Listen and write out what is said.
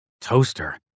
toaster